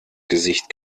gesicht